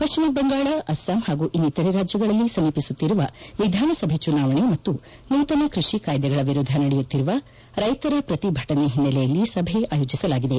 ಪಶ್ಚಿಮ ಬಂಗಾಳ ಅಸ್ಲಾಂ ಹಾಗೂ ಇನ್ನಿತರೆ ರಾಜ್ಯಗಳಲ್ಲಿ ಸಮೀಪಿಸುತ್ತಿರುವ ವಿಧಾನ ಸಭೆ ಚುನಾವಣೆ ಮತ್ತು ನೂತನ ಕೃಷಿ ಕಾಯ್ದೆಗಳ ವಿರುದ್ಧ ನಡೆಯುತ್ತಿರುವ ರೈತರ ಪ್ರತಿಭಟನೆ ಹಿನ್ನೆಲೆಯಲ್ಲಿ ಸಭೆ ಆಯೋಜಿಸಲಾಗಿದೆ